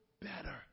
better